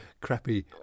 crappy